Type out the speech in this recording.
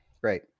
Great